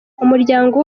umuryango